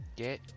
Get